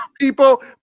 people